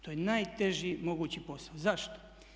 To je najteži mogući posao, zašto?